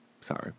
Sorry